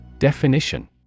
Definition